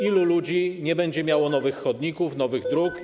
Ilu ludzi nie będzie miało nowych chodników, nowych dróg?